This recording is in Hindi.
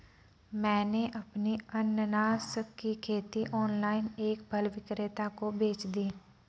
मैंने अपनी अनन्नास की खेती ऑनलाइन एक फल विक्रेता को बेच दी